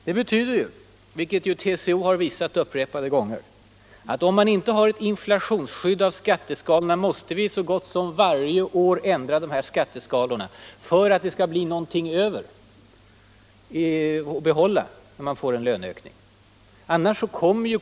Det betyder ju, vilket TCO har visat upprepade gånger, att om man inte har inflationsskyddade skatteskalor måste skalorna ändras så gott som varje år för att det skall bli någonting över av en löneökning.